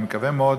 אני מקווה מאוד